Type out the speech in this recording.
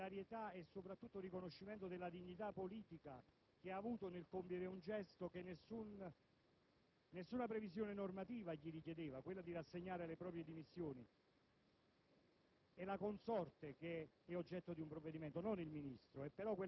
di recuperare un rapporto positivo tra politica e magistratura; solidarietà e soprattutto riconoscimento della dignità politica che ha dimostrato nel compiere un gesto che nessuna previsione normativa richiedeva: rassegnare le proprie dimissioni.